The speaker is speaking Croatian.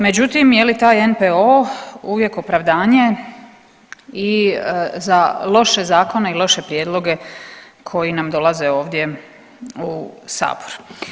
Međutim, je li taj NPOO uvijek opravdanje i za loše zakone i loše prijedloge koji nam dolaze ovdje u sabor.